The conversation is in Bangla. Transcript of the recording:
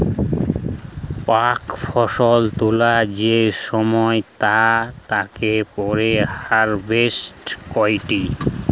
প্রাক ফসল তোলা যে সময় তা তাকে পরে হারভেস্ট কইটি